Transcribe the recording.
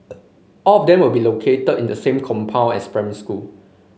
all of them will be located in the same compound as primary school